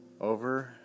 over